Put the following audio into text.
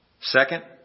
Second